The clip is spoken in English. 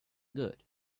good